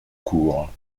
court